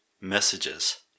Messages